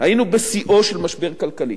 היינו בשיאו של משבר כלכלי.